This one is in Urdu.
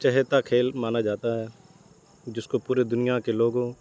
چہیتا کھیل مانا جاتا ہے جس کو پورے دنیا کے لوگوں